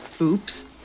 Oops